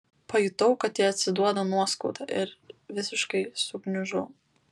pajutau kad ji atsiduoda nuoskauda ir visiškai sugniužau